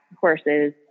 horses